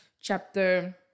chapter